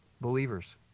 Believers